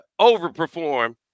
overperform